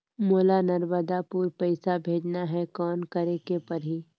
मोला नर्मदापुर पइसा भेजना हैं, कौन करेके परही?